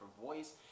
voice